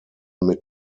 mit